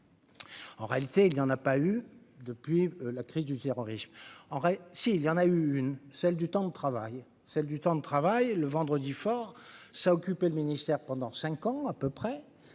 En réalité, il n'y en a pas eu de pluie, la crise du terrorisme en aurait si il y en a une, celle du temps de travail, celle du temps de travail, le vendredi, fort ça occupé le ministère pendant 5 ans à peu près,